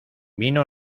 vino